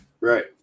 right